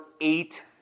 eight